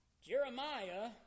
Jeremiah